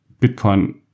Bitcoin